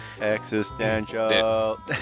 existential